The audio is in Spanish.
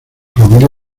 familia